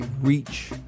reach